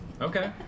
Okay